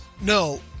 No